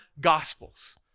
Gospels